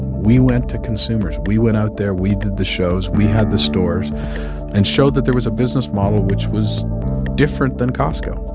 we went to consumers we went out there. we did the shows. we had the stores and showed that there was a business model which was different than costco.